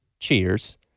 cheers